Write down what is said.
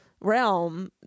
realm